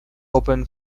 open